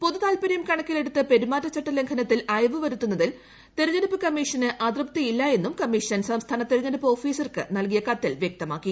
പൊതു താത്പര്യം കണക്കിലെടുത്ത് പെരുമാറ്റ ചട്ട ലംഘനത്തിൽ അയവ് വരുത്തുന്നതിൽ തെരഞ്ഞെടുപ്പ് കമ്മീഷന് അതൃപ്തി ഇല്ല എന്നും കമ്മീഷൻ സംസ്ഥാന തെരഞ്ഞെടുപ്പ് ഓഫീസർക്ക് നൽകിയ കത്തിൽ വ്യക്തമാക്കി